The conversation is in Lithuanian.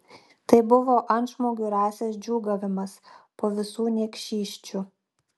tai buvo antžmogių rasės džiūgavimas po visų niekšysčių